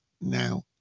now